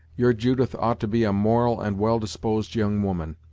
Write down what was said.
your judith ought to be a moral and well disposed young woman,